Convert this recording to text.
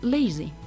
Lazy